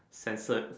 censored